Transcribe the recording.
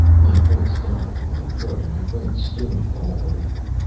my voice died in my throat and i went stony all over.